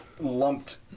lumped